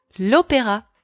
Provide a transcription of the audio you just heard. L'opéra